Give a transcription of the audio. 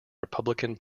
republican